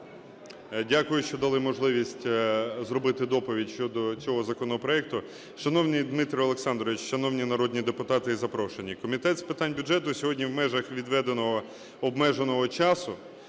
Дякую, що дали можливість зробити доповідь щодо цього законопроекту. Шановний Дмитро Олександрович, шановні народні депутати і запрошені, Комітет з питань бюджету сьогодні в межах відведеного, обмеженого часу